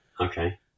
okay